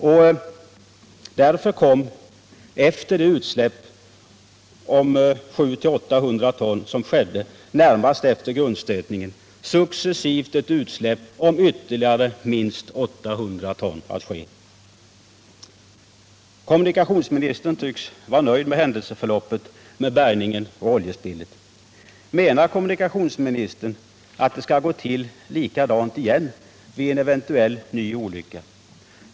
Och därför kom efter ett utsläpp om 700-800 ton som skedde närmast efter grundstötningen ett successivt utsläpp om ytterligare minst 800 ton att ske. Kommunikationsministern tycks vara nöjd med händelseförloppet i samband med bärgningen och oljespillet. Menar kommunikationsministern att det skall gå till likadant igen vid en eventuell ny olycka?